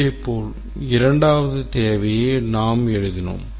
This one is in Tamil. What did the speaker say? இதேபோல் இரண்டாவது தேவையை நாம் எழுதினோம்